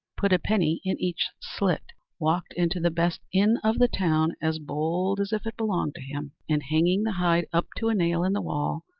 put a penny in each slit, walked into the best inn of the town as bold as if it belonged to him, and, hanging the hide up to a nail in the wall,